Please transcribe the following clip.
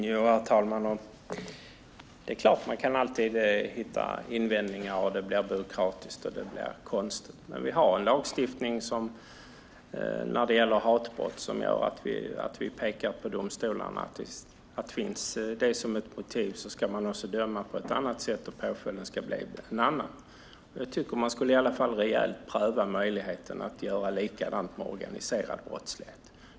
Herr talman! Det är klart att man alltid kan hitta invändningar och säga att det blir byråkratiskt och konstigt. Men när det gäller hatbrott har vi en lagstiftning som gör att vi pekar på domstolarna och säger att om detta finns som ett motiv ska de döma på ett annat sätt och påföljden bli en annan. Jag tycker att man rejält borde pröva möjligheten att göra likadant med organiserad brottslighet.